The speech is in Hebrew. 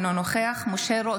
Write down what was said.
אינו נוכח משה רוט,